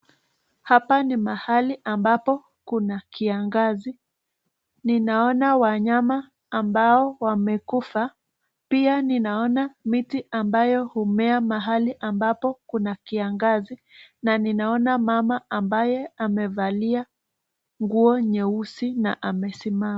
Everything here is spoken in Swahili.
Hapa ni mahali ambapo kuna kiangazi. Ninaona wanyama ambao wamekufa. Pia ninaona miti ambayo humea mahali ambapo kuna kiangazi na ninaona mama ambaye amevalia nguo nyeusi na amesimama.